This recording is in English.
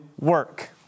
work